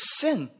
sin